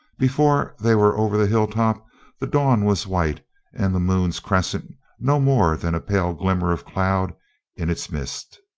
before they were over the hilltop the dawn was white and the moon's crescent no more than a pale glimmer of cloud in its midst.